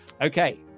Okay